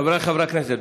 חבריי חברי הכנסת,